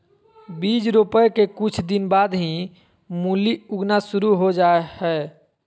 बीज रोपय के कुछ दिन बाद ही मूली उगना शुरू हो जा हय